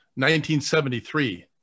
1973